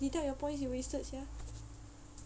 they your points you wasted sia